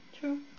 true